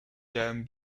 dan